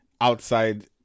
outside